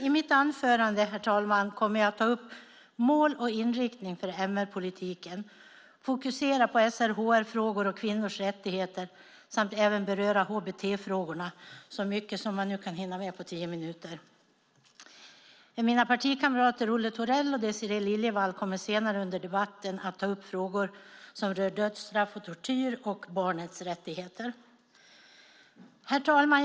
I mitt anförande, herr talman, kommer jag att ta upp mål och inriktning för MR-politiken, fokusera på SRHR-frågor och kvinnors rättigheter samt även beröra hbt-frågorna. Mina partikamrater Olle Thorell och Désirée Liljevall kommer senare under debatten att ta upp frågor rörande dödsstraff och tortyr samt barnets rättigheter. Herr talman!